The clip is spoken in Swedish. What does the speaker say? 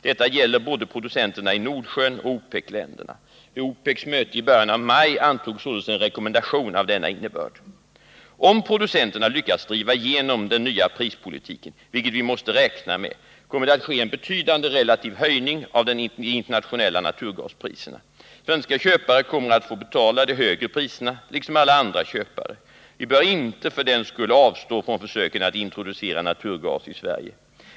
Detta gäller både producenterna i Nordsjön och OPEC-länderna. Vid OPEC:s möte i början av maj antogs således en rekommendation av denna innebörd. Om producenterna lyckas driva igenom den nya prispolitiken — vilket vi måste räkna med — kommer det att ske en betydande relativ höjning av de internationella naturgaspriserna. Svenska köpare kommer att få betala de högre priserna liksom alla andra köpare. Vi bör inte för den skull avstå från försöken att introducera naturgas i Sverige.